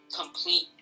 complete